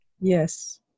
Yes